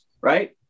right